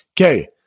Okay